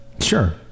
Sure